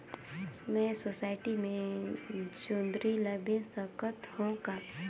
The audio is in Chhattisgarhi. मैं सोसायटी मे जोंदरी ला बेच सकत हो का?